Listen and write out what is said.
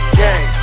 gang